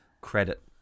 credit